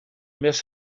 miss